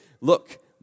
look